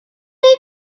may